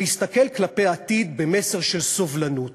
ולהסתכל כלפי העתיד במסר של סובלנות.